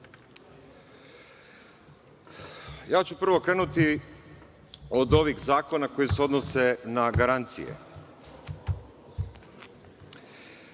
ću krenuti od ovih zakona koji se odnose na garancije.